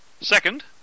Second